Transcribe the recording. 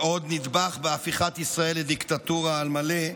עוד נדבך בהפיכת ישראל לדיקטטורה על מלא,